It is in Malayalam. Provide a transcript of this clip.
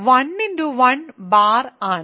1 ബാർ ആണ്